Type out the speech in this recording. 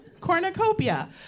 Cornucopia